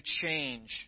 change